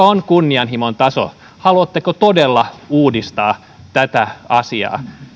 on kunnianhimon taso haluatteko todella uudistaa tätä asiaa